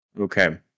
Okay